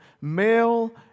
Male